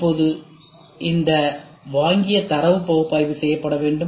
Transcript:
இப்போது இந்த வாங்கிய தரவு பகுப்பாய்வு செய்யப்பட வேண்டும்